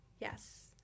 yes